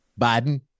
Biden